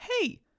Hey